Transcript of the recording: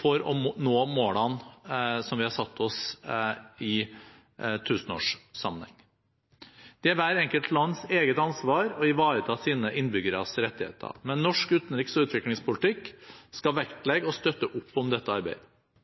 for å nå målene som vi har satt oss i tusenårssammenheng. Det er hvert eget lands eget ansvar å ivareta sine innbyggeres rettigheter, men norsk utenriks- og utviklingspolitikk skal vektlegge og støtte opp om dette arbeidet.